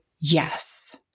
yes